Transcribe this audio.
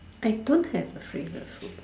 I don't have a favorite food